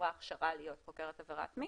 שעברה הכשרה להיות חוקרת עבירות מין,